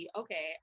okay